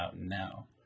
now